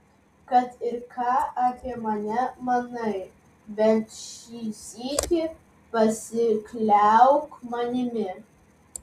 kad ir ką apie mane manai bent šį sykį pasikliauk manimi